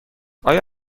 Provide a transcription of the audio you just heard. آیا